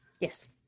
yes